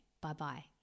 bye-bye